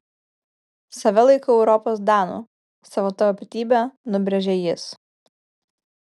save laikau europos danu savo tapatybę nubrėžė jis